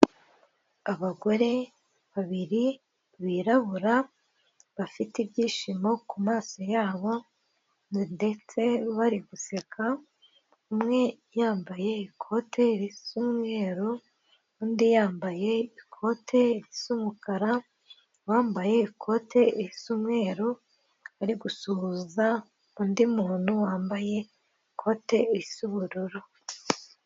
Abagore babiri birabura bafite ibyishimo ku maso yabo ndetse bari guseka, umwe yambaye ikote risa umweru undi yambaye ikote risa umukara. Uwambaye ikote risa umweru ari gusuhuza undi muntu wambaye ikote risa ubururu.